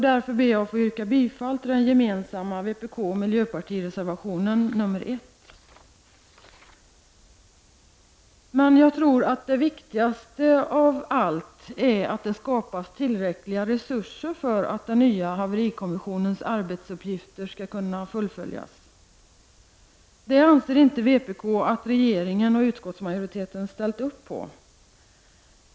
Därför ber jag att få yrka bifall till den gemensamma vpkoch miljöpartireservationen, nr 1. Men det viktigaste av allt tror jag är att det skapas tillräckliga resurser för att den nya haverikommissionens arbetsuppgifter skall kunna fullföljas. Det anser inte vpk att regeringen och utskottsmajoriteten har ställt upp på.